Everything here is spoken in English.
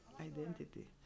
identity